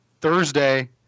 Thursday